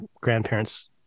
grandparents